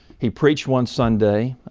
he preached one sunday.